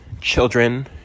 children